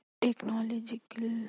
technological